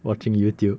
watching youtube